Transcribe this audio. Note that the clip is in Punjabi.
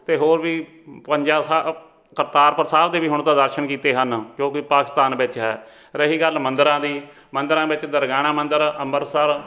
ਅਤੇ ਹੋਰ ਵੀ ਪੰਜਾ ਸਾਹਿਬ ਕਰਤਾਰਪੁਰ ਸਾਹਿਬ ਦੇ ਵੀ ਹੁਣ ਤਾਂ ਦਰਸ਼ਨ ਕੀਤੇ ਹਨ ਜੋ ਕਿ ਪਾਕਿਸਤਾਨ ਵਿੱਚ ਹੈ ਰਹੀ ਗੱਲ ਮੰਦਰਾਂ ਦੀ ਮੰਦਰਾਂ ਵਿੱਚ ਦੁਰਗਿਆਣਾ ਮੰਦਿਰ ਅੰਬਰਸਰ